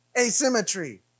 Asymmetry